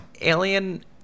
Alien